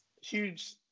huge